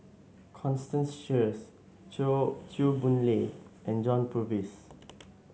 Constance Sheares Chew Chew Boon Lay and John Purvis